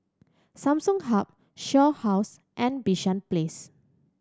Samsung Hub Shaw House and Bishan Place